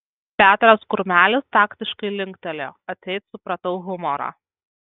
petras kurmelis taktiškai linktelėjo atseit supratau humorą